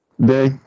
day